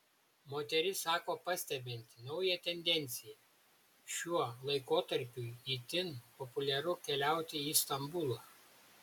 moteris sako pastebinti naują tendenciją šiuo laikotarpiui itin populiaru keliauti į stambulą